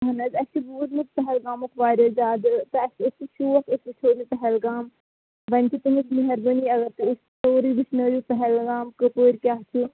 اہن حظ اَسہِ چھُ بوٗزمُت پہلگامُک واریاہ زیادٕ تہٕ اَسہِ اوس یہِ شوق أسۍ وُچھہو یہِ پہلگام وۄنۍ چھِ تُہنز مہربٲنی اگر تُہۍ اَسہِ سورُی وٕچھنٲیو پہلگام کَپٲر کیاہ چھُ